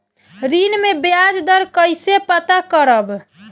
ऋण में बयाज दर कईसे पता करब?